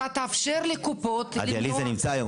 אתה תאפשר לקופות --- הדיאליזה נמצא היום,